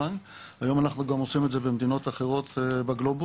היום אנחנו גם עושים את זה במדינות אחרות בגלובוס.